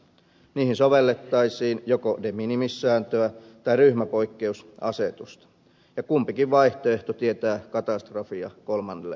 niihin sovellettaisiin joko de minimis sääntöä tai ryhmäpoikkeusasetusta ja kumpikin vaihtoehto tietää katastrofia kolmannelle sektorille